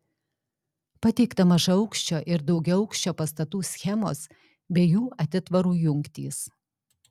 pateikta mažaaukščio ir daugiaaukščio pastatų schemos bei jų atitvarų jungtys